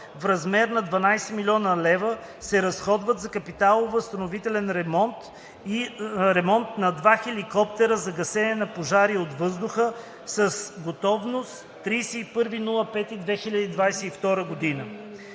в размер на 12 000 хил. лв. се разходват за капитално възстановителен ремонт на два хеликоптера за гасене на пожари от въздуха с готовност 31.05.2022 г.